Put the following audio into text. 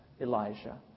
Elijah